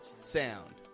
sound